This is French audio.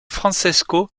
francesco